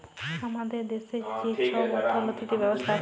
আমাদের দ্যাশে যে ছব অথ্থলিতি ব্যবস্থা আছে